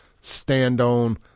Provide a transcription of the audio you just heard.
stand-on